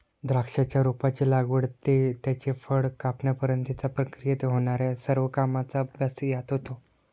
द्राक्षाच्या रोपाची लागवड ते त्याचे फळ कापण्यापर्यंतच्या प्रक्रियेत होणार्या सर्व कामांचा अभ्यास यात होतो